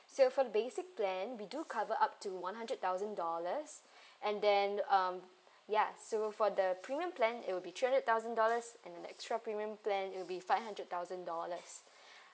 so for basic plan we do cover up to one hundred thousand dollars and then um ya so for the premium plan it will be three hundred thousand dollars and then the extra premium plan it'll be five hundred thousand dollars